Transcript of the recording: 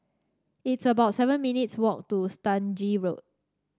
it's about seven minutes' walk to Stangee Road